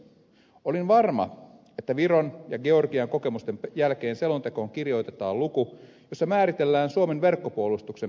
olin varma että viron ja georgian kokemusten jälkeen selontekoon kirjoitetaan luku jossa määritellään suomen verkkopuolustuksen periaatteet